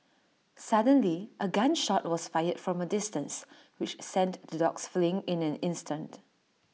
suddenly A gun shot was fired from A distance which sent the dogs fleeing in an instant